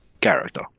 character